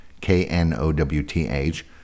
K-N-O-W-T-H